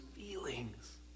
feelings